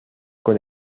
con